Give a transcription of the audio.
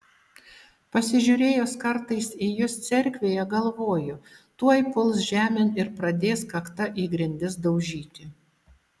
pasižiūrėjus kartais į jus cerkvėje galvoju tuoj puls žemėn ir pradės kakta į grindis daužyti